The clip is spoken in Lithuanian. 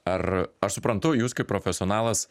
ar aš suprantu jūs kaip profesionalas